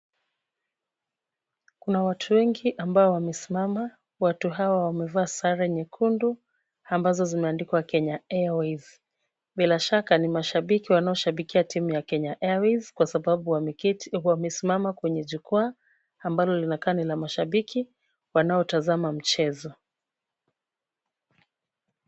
Kuna watu wengi ambao wamesimama, watu hawa wamevaa sare nyekundu ambazo zimeandikwa Kenya Airways. Bila shaka ni mashabiki wanaoshabikia timu ya Kenya Airways kwa sababu wamesimama kwenye jukwaa ambalo linakaa ni la mashabiki wanaotazama mchezo.